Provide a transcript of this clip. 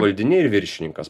valdiniai ir viršininkas